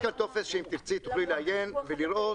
יש כאן טופס שאם תרצי תוכלי לעיין ולראות